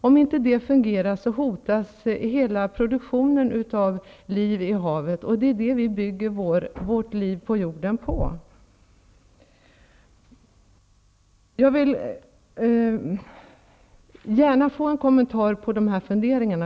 Om inte det fungerar hotas hela produktionen av liv i havet, och det är det vi bygger vårt liv på jorden på. Jag vill gärna ha en kommentar till de här funderingarna.